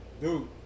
Dude